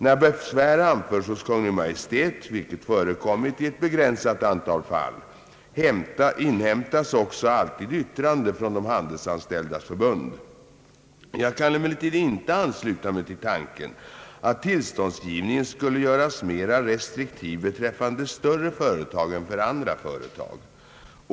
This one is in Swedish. När besvär anförs hos Kungl. Maj:t, vilket förekommit i ett begränsat antal fall, inhämtas också alltid yttrande från de handelsanställdas förbund. Jag kan emellertid inte ansluta mig till tanken att tillståndsgivningen skulle göras mera restriktiv beträffande större företag än för andra företag.